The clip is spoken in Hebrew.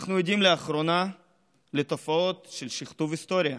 אנחנו עדים לאחרונה לתופעות של שכתוב ההיסטוריה.